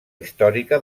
històrica